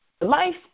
Life